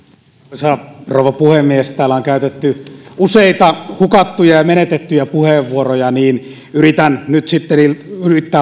arvoisa rouva puhemies täällä on käytetty useita hukattuja ja menetettyjä puheenvuoroja niin yritän nyt sitten